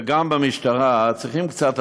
וגם במשטרה צריכים קצת אנשים,